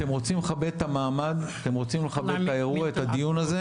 אתם רוצים לכבד את המעמד אתם רוצים לכבד את האירוע את הדיון הזה,